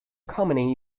commonly